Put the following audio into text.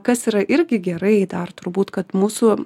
kas yra irgi gerai dar turbūt kad mūsų